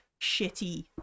shitty